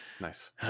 Nice